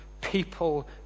People